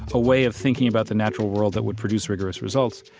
a way of thinking about the natural world that would produce rigorous results,